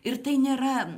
ir tai nėra